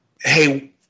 hey